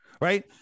right